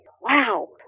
wow